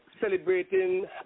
celebrating